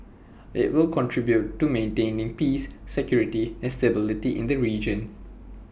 IT will contribute to maintaining peace security and stability in the region